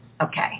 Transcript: Okay